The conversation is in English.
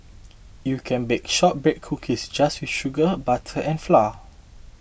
you can bake Shortbread Cookies just with sugar butter and flour